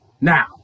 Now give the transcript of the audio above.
Now